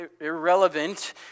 irrelevant